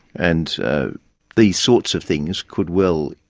and these sorts of things could well,